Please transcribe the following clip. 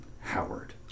howard